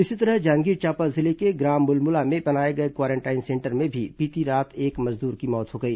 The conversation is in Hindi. इसी तरह जांजगीर चांपा जिले के ग्राम मुलमुला में बनाए गए क्वारेंटाइन सेंटर में भी बीती रात एक मजदूर की मौत हो गई